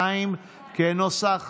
1 ו-2, כנוסח